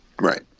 Right